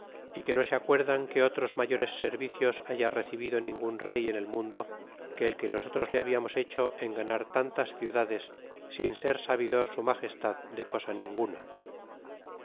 y que no se acuerdan que otros mayores servicios haya recibido ningun rey en el mundo que el que nosotros le hablamos hecho en ganar tantas ciudades sin ser sabidor su magestad de cosa ninguna